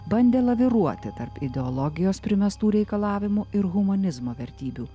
bandė laviruoti tarp ideologijos primestų reikalavimų ir humanizmo vertybių